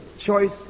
Choice